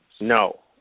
no